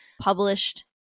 published